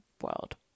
world